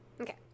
Okay